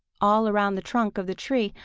all around the trunk of the tree,